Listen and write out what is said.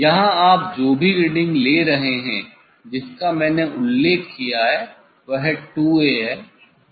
यहाँ आप जो भी रीडिंग ले रहे हैं जिसका मैंने उल्लेख किया वह '2A' है